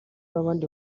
w’abandi